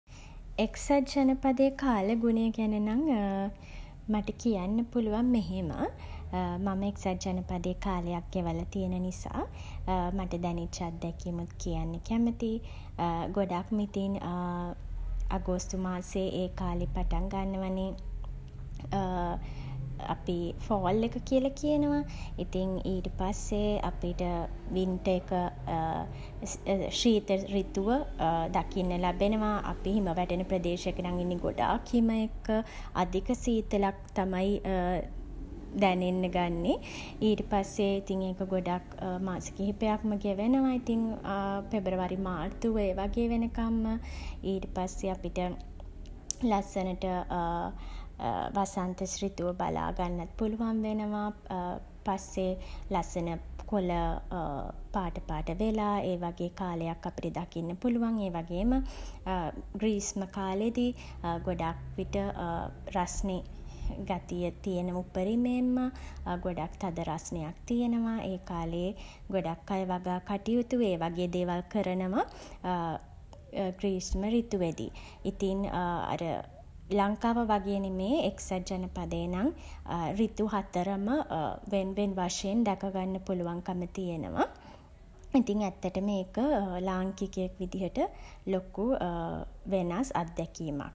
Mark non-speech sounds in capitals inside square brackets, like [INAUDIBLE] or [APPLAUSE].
එක්සත් ජනපදයේ කාලගුණය ගැන නම් [HESITATION] මට කියන්න පුළුවන් මෙහෙම. මම එක්සත් ජනපදයේ කාලයක් ගෙවල තියෙන නිසා [HESITATION] මට දැනිච්ච අත්දැකීමුත් කියන්න කැමතියි. ගොඩක්ම ඉතින් [HESITATION] අගෝස්තු මාසේ ඒ කාලේ පටන් ගන්නවනේ [HESITATION] අපි [HESITATION] ෆෝල් එක කියල කියනවා. ඉතින් [HESITATION] ඊට පස්සේ අපිට වින්ටර් එක [HESITATION] ශීත සෘතුව [HESITATION] දකින්න ලැබෙනවා. අපි [HESITATION] හිම වැටෙන ප්‍රදේශයක නම් ඉන්නේ [HESITATION] ගොඩාක් හිම එක්ක [HESITATION] අධික සීතලක් තමයි [HESITATION] දැනෙන්න ගන්නේ. ඊට පස්සේ [HESITATION] ඉතින් ඒක මාස කිහිපයක්ම ගෙවෙනවා. පෙබරවාරි [HESITATION] මාර්තු ඒ වගේ වෙනකන්ම [HESITATION] ඊට පස්සේ අපිට [HESITATION] ලස්සනට [HESITATION] වසන්ත සෘතුව බලා ගන්නත් පුළුවන් වෙනවා. පස්සේ [HESITATION] ලස්සන [HESITATION] කොළ [HESITATION] පාට පාට වෙලා [HESITATION] ඒ වගේ කාලයක් අපිට දකින්න පුළුවන්. ඒ වගේම [HESITATION] ග්‍රීස්ම කාලේදී [HESITATION] ගොඩක් විට [HESITATION] රස්නේ [HESITATION] ගතිය තියෙනවා උපරිමයෙන්ම. ගොඩක් තද රස්නයක් තියෙනවා. ඒ කාලේ [HESITATION] ගොඩක් අය වගා කටයුතු [HESITATION] ඒ වගේ දේවල් කරනවා [HESITATION] ග්‍රීස්ම සෘතුවේදි. ඉතින් [HESITATION] අර [HESITATION] ලංකාව වගේ නෙමෙයි [HESITATION] එක්සත් ජනපදයේ නම් [HESITATION] සෘතු හතරම [HESITATION] වෙන් වෙන් වශයෙන් දැක ගන්න පුළුවන්කම තියෙනවා. ඉතින් ඇත්තටම ඒක [HESITATION] ලාංකිකයෙක් විදිහට [HESITATION] ලොකු වෙනස් අත්දැකීමක්.